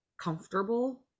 comfortable